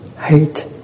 hate